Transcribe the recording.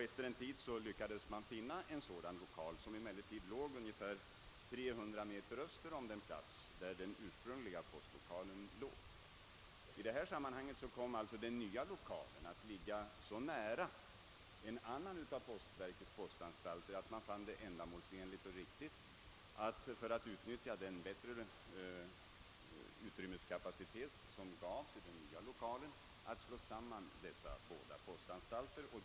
Efter en tid lyckades man också finna en bättre lokal, som emellertid låg ungefär 300 meter öster om den plats där den ursprungliga postanstalten låg. Den nya lokalen var också belägen så nära en annan postanstalt, att man betraktade det som ändamålsenligt och riktigt att, för att utnyttja den bättre utrymmeskapacitet som gavs i den nya lokalen, slå samman de båda postanstalterna.